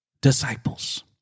disciples